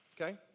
Okay